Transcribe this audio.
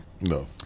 no